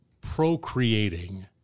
Procreating